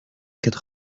quatre